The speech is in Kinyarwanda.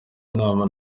inama